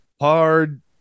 hard